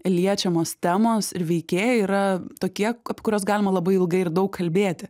liečiamos temos ir veikėjai yra tokie apie kuriuos galima labai ilgai ir daug kalbėti